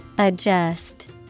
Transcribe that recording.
Adjust